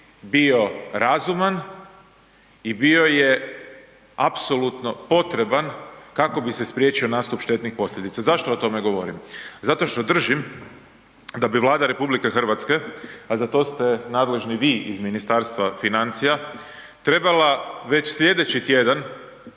bio razuman i bio je apsolutno potreban kako bi se spriječio nastup štetnih posljedica. Zašto o tome govorim? Zato što držim da bi Vlada RH, a za to ste nadležni vi iz Ministarstva financija trebala već slijedeći tjedan